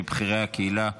מבכירי הקהילה היהודית,